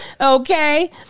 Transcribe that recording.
Okay